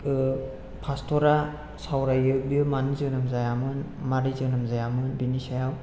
ओह फास्टरआ सावरायो बियो मानो जोनोम जायामोन मारै जोनोम जायामोन बिनि सायाव